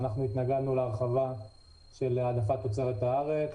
התנגדנו להרחבה של העדפת תוצרת הארץ.